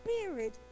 spirit